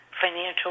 financial